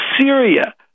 Syria